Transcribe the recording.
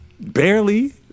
Barely